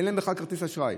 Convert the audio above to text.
אין להן בכלל כרטיס אשראי.